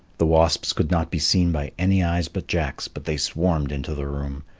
the wasps could not be seen by any eyes but jack's, but they swarmed into the room.